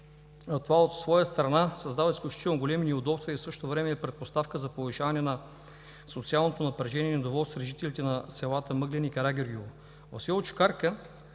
това от своя страна създава изключителни неудобства и в същото време е предпоставка за повишаване на социалното напрежение и недоволството на жителите на селата Мъглен и Карагеоргиево. В село Чукарка